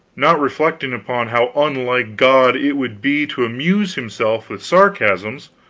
not reflecting upon how unlike god it would be to amuse himself with sarcasms,